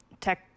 tech